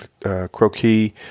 Croquis